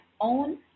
own